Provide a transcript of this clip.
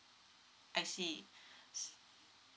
I see